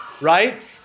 right